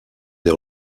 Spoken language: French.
des